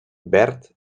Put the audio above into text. verd